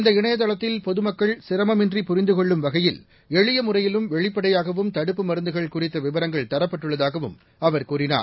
இந்த இணையதளத்தில் பொதுமக்கள் சிரமமின்றி புரிந்து கொள்ளும் வகையில் எளிய முறையிலும் வெளிப்படையாகவும் தடுப்பு மருந்துகள் குறித்த விவரங்கள் தரப்பட்டுள்ளதாகவும் அவர் கூறினார்